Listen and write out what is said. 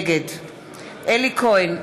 נגד אלי כהן,